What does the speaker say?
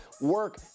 work